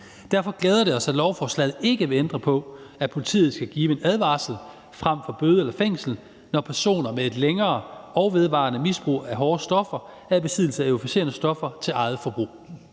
Derfor glæder det os, at lovforslaget ikke vil ændre på, at politiet skal give en advarsel frem for bøde eller fængsel, når personer med et længere og vedvarende misbrug af hårde stoffer er i besiddelse af euforiserende stoffer til eget forbrug.